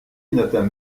n’atteint